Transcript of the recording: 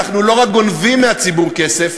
אנחנו לא רק גונבים מהציבור כסף,